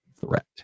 threat